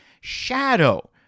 shadow